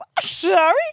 Sorry